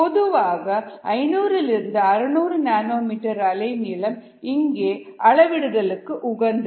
பொதுவாக 500 600nm அலைநீளம் இந்த அளவிடுதல்க்கு உகந்தது